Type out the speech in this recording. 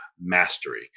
mastery